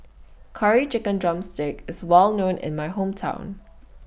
Curry Chicken Drumstick IS Well known in My Hometown